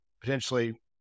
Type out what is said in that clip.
potentially